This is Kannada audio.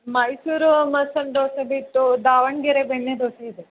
ಮೈಸೂರು ಮಸಾಲ ದೋಸೆ ಬಿಟ್ಟು ದಾವಣಗೆರೆ ಬೆಣ್ಣೆ ದೋಸೆ ಇದೆ